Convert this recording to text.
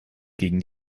gegen